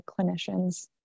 clinicians